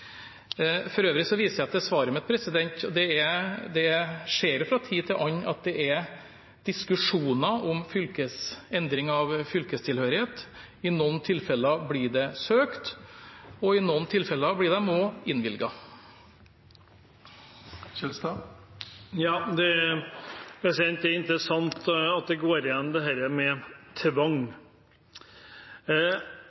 For øvrig viser jeg til svaret mitt. Det skjer fra tid til annen at det er diskusjoner om endring av fylkestilhørighet. I noen tilfeller blir det søkt, og i noen tilfeller blir det også innvilget. Det er interessant at det med tvang går igjen. Det kunne man gjerne dvelt litt ved. For hva er tvang? Er det tvang i ethvert tilfelle når det